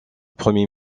premier